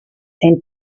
and